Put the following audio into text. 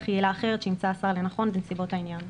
יעילה אחרת שימצא השר לנכון בנסיבות העניין.